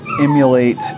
emulate